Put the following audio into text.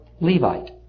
Levite